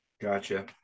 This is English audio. gotcha